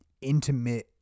intimate